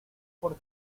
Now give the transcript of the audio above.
por